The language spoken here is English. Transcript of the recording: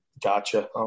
Gotcha